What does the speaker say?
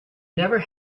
never